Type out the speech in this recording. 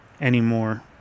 anymore